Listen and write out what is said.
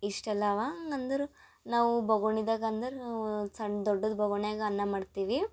ಇಷ್ಟೆಲ್ಲ ಅಂವಾ ಅಂದರೆ ನಾವು ಬೊಗುಣಿದಾಗ ಅಂದರೆ ನಾವು ಸಣ್ಣ ದೊಡ್ಡದು ಬೊಗುಣ್ಯಾಗ ಅನ್ನ ಮಾಡ್ತೀವಿ